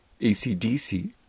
ACDC